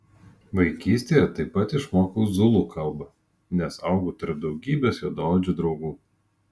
vaikystėje taip pat išmokau zulų kalbą nes augau tarp daugybės juodaodžių draugų